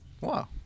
Wow